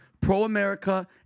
pro-America